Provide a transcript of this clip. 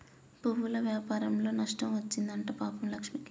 పువ్వుల వ్యాపారంలో నష్టం వచ్చింది అంట పాపం లక్ష్మికి